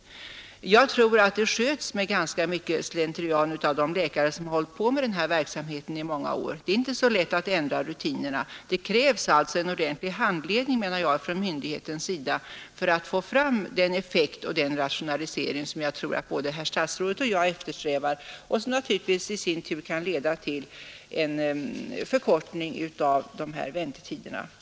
Jag tror att detta sköts med ganska mycket slentrian av de läkare som har hållit på med verksamheten i många år. Det är inte så lätt att ändra rutinerna. Det krävs alltså en ordentlig handledning från myndighetens sida för att få fram den effekt och den rationalisering som jag tror att både herr statsrådet och jag eftersträvar och som naturligtvis i sin tur kan leda till en förkortning av väntetiderna.